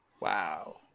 Wow